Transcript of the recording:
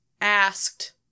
asked